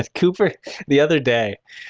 ah cooper the other day,